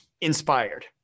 inspired